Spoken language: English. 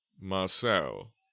Marcel